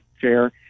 chair